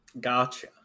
Gotcha